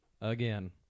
Again